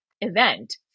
event